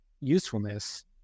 usefulness